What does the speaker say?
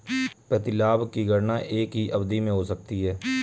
प्रतिलाभ की गणना एक ही अवधि में हो सकती है